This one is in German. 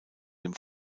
dem